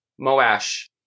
Moash